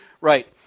Right